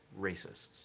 racists